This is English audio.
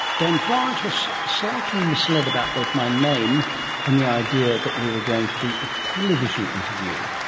dame florence was slightly misled about both my name and the idea that we were going to do a television interview.